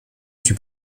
sui